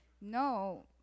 no